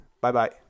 Bye-bye